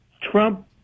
Trump